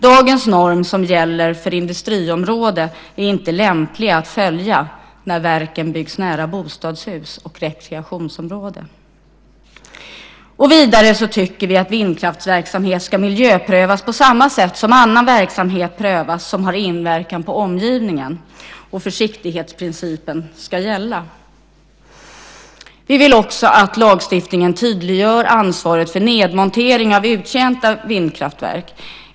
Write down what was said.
Dagens norm som gäller för industriområde är inte lämplig att följa när verken byggs nära bostadshus och rekreationsområden. Vidare tycker vi att vindkraftsverksamhet ska miljöprövas på samma sätt som annan verksamhet prövas som har inverkan på omgivningen. Försiktighetsprincipen ska gälla. Vi vill också att lagstiftningen tydliggör ansvaret för nedmontering av uttjänta vindkraftverk.